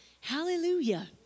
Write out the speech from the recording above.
Hallelujah